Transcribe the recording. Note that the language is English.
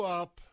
up